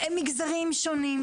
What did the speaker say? מגזרים שונים,